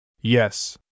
Yes